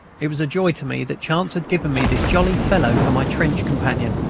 it was a joy to me that chance had given me this jolly fellow for my trench companion.